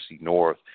North